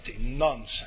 Nonsense